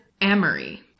Amory